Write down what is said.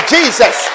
Jesus